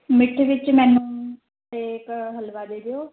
ਮਿੱਠੇ ਵਿਚ ਮੈਨੂੰ ਅਤੇ ਇੱਕ ਹਲਵਾ ਦੇ ਦਿਓ